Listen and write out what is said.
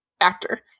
actor